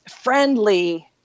friendly